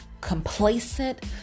complacent